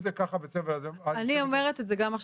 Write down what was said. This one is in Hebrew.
אני אומרת גם עכשיו,